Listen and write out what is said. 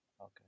Okay